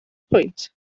pwynt